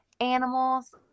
animals